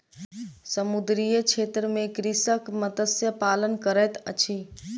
समुद्रीय क्षेत्र में कृषक मत्स्य पालन करैत अछि